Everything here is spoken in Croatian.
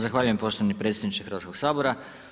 Zahvaljujem poštovani predsjedniče Hrvatskog sabora.